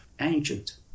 ancient